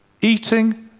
eating